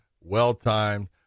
well-timed